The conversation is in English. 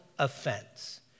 offense